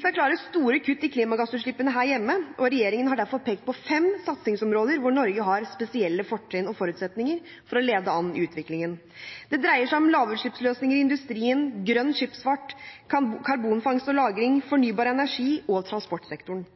skal klare store kutt i klimagassutslippene her hjemme. Regjeringen har derfor pekt på fem satsingsområder hvor Norge har spesielle fortrinn og forutsetninger for å lede an i utviklingen. Det dreier seg om lavutslippsløsninger i industrien, grønn skipsfart, karbonfangst og -lagring, fornybar energi og transportsektoren.